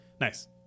Nice